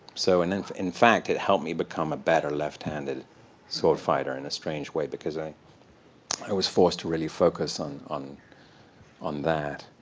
so and in in fact, it helped me become a better left-handed sword fighter in a strange way, because i i was forced to really focus on on that.